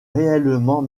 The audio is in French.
réellement